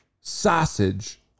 sausage